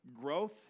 growth